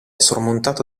sormontato